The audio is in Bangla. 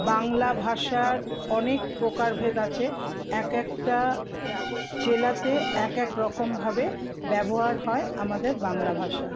বাংলা ভাষার অনেক প্রকারভেদ আছে এক একটা জেলাতে এক একরকমভাবে ব্যবহার হয় আমাদের বাংলা ভাষা